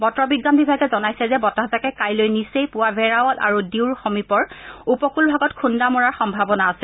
বতৰ বিজ্ঞান বিভাগে জনাইছে যে বতাহজাকে কাইলৈ নিচেই পুৱা ভেৰাৱল আৰু ডিউৰ সমীপৰ উপকূল ভাগত খুন্দা মৰাৰ সম্ভাৱনা আছে